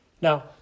Now